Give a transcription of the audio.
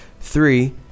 Three